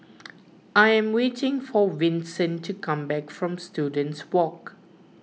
I am waiting for Vincent to come back from Students Walk